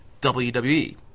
WWE